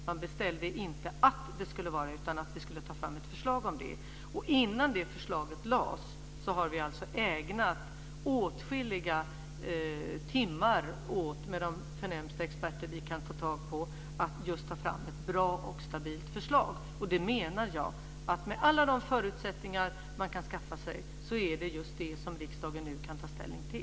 Man beställde inte att det skulle vara en sådan, utan att vi skulle ta fram ett förslag om det. Innan det förslaget lades fram har vi ägnat åtskilliga timmar, med de förnämsta experter vi kan få tag på, åt att ta fram ett bra och stabilt förslag. Det är det som riksdagen nu kan ta ställning till, med alla de förutsättningar man kan skaffa sig.